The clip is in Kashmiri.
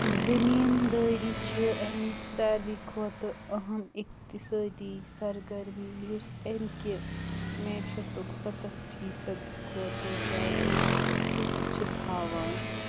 زٔمیٖندٲری چھِ امِچ ساروِی کھۄتہٕ اہم اقتصٲدِی سرگرمی یُس أمۍ کہِ میشتُک ستتھ فی صد کھۄتہٕ زیادٕ حصہٕ چھُ تھاوان